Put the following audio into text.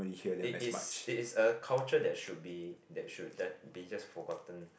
it is it is a culture that should be that should they just forgotten